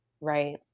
Right